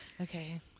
Okay